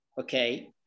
okay